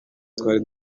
twari